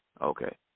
okay